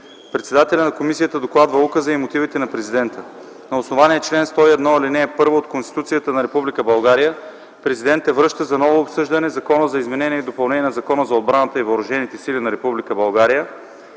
Председателят на комисията докладва указа и мотивите на Президента. На основание чл. 101, ал. 1 от Конституцията на Република България, Президентът връща за ново обсъждане Закона за изменение и допълнение на Закона за отбраната и въоръжените сили на